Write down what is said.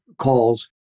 calls